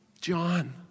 john